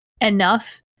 enough